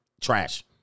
trash